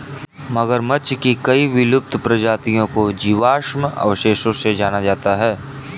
मगरमच्छ की कई विलुप्त प्रजातियों को जीवाश्म अवशेषों से जाना जाता है